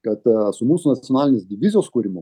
kad su mūsų nacionalinės divizijos kūrimu